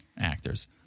actors